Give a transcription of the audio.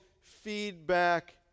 feedback